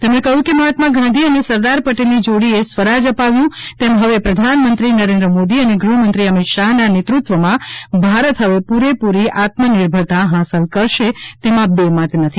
તેમણે કહ્યું કે મહાત્મા ગાંધી અને સરદાર પટેલની જોડીએ સ્વરાજ અપાવ્યું તેમ હવે પ્રધાનમંત્રી મોદી અને ગૃહમંત્રી અમિત શાહના નેતૃત્વમાં ભારત હવે પૂરેપુરી આત્મનિર્ભરતા હાંસલ કરશે તેમાં બેમત નથી